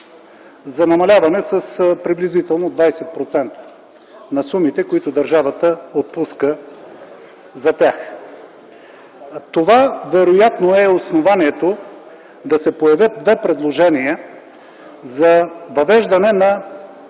за намаляване с приблизително 20% на сумите, които държавата отпуска за тях. Това вероятно е основанието да се появят две предложения за въвеждане на